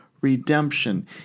redemption